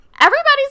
Everybody's